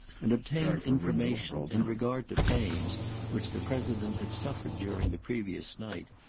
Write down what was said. and obtained information in regard to pains which the president had suffered during the previous night,